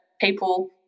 people